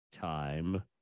Time